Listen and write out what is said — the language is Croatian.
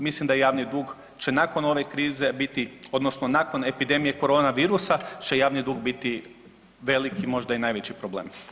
Mislim da javni dug će nakon ove krize biti odnosno nakon epidemije korona virusa će javni dug biti velik, možda i najveći problem.